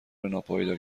ناپایدار